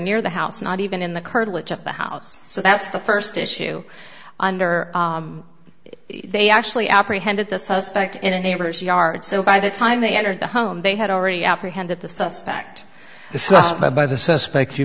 near the house not even in the cartilage of the house so that's the first issue under they actually apprehended the suspect in a neighbor's yard so by the time they entered the home they had already apprehended the suspect the suspect by the suspect you